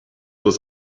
what